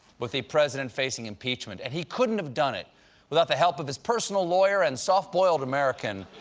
with the president facing impeachment. and he couldn't have done it without the help of his personal lawyer and soft-boiled american,